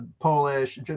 Polish